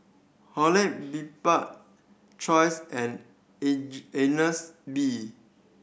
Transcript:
Horlick Bibik choice and age Agnes B